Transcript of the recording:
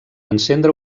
encendre